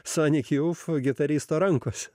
santykį ufą gitaristo rankos